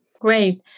great